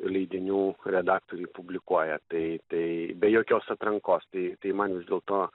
leidinių redaktoriai publikuoja tai tai be jokios atrankos tai tai man vis dėlto